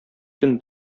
көн